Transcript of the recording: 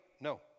no